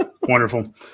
Wonderful